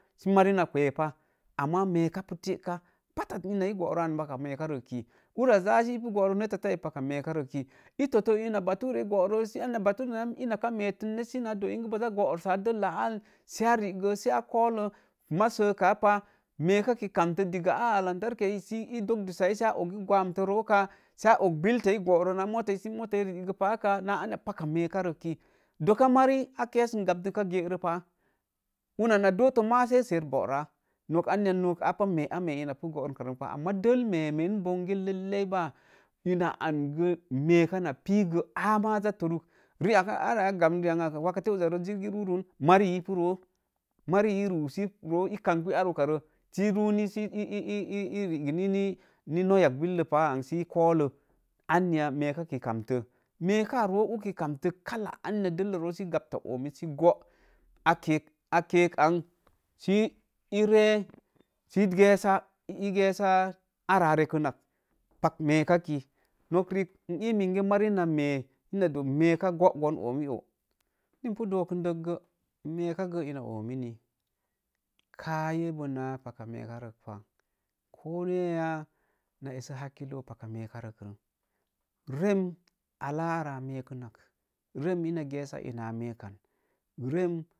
Sə marina kwee pah ama medi a pu tee ka, pattat ina ee goro an paka mee ka rəkki, ura ja sə ipu gooruk netta ak paka ki, ii totto ina baturei ee goro si ina ka kə meetin net, sə boojaa gorussaa della aal, sə riigə sə a kollo, maz səkaa pa, meeka ki kamtə, digga a̱a lamtarki ya dogdi sa'a si a ogi gwamut roo kaa si a og billeta ii goro naa molai, sə motai ii rii gə paa kaa meeka riiki, mari a kyasin gbapdin gero pah, vira na dooto ma sei ser boora̱a, nok an ya noka mee ina pu boorum pa ren pa ama dell meemen bonge lailai baa ina ange, meeka, na pii gə aā ma a zaa tor, riak arra a gam riak wakate, uza rə jirgi ruurun marii ipu roo, mari ee ii ruusi roo, ee kamḇi ar uka roo si ee runi si ii rigini nouyak billə paa n si e̱e kōlo, anniya mēeka ki kamtə, meekaa roo uki kam tə, kalla anya dellə roosə gap oomii si gōō, a keek ansi ii ree si ii gyesa aura a rekən nak pak meeka ki. Nok riik n ee mingo mari na me̱e ina doo mēeka gogoon ōōmii oo. Ni n pu dookun dək go, me̱ekagə ina oomin ni kaa yebo naa, paka me. pa ko neya, na essə hakkilo paka meeka rək rə, rem a laa arra a mee kən nak. Rem ina gyessa ina a mēe kan. rem